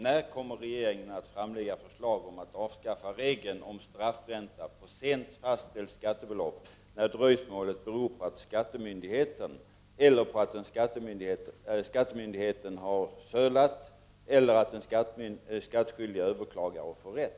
När kommer regeringen att framlägga förslag om att avskaffa regeln om straffränta på sent fastställt skattebelopp, när dröjsmålet beror på skattemyndigheten eller på att den skattskyldige överklagar och får rätt?